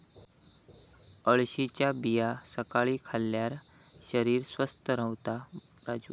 अळशीच्या बिया सकाळी खाल्ल्यार शरीर स्वस्थ रव्हता राजू